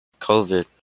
COVID